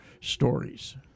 stories